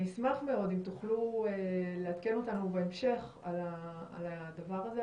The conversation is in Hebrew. אני אשמח מאוד אם תוכלו לעדכן אותנו בהמשך על הדבר הזה,